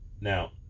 Now